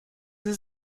sie